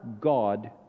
God